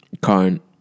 current